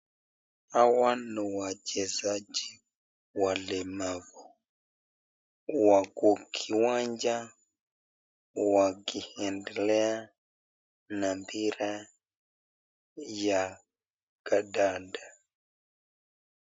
Hawa ni wachezaji walemavu. Wako kiwanja wakiendelea na mpira ya kandanda.